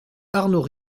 arnaud